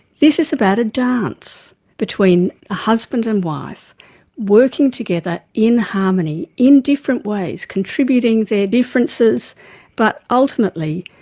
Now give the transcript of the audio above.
this is about a dance between a husband and wife working together in harmony, in different ways, contributing their differences but ultimately,